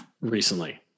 recently